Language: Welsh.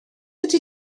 ydy